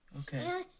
Okay